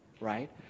right